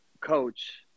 coach